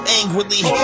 angrily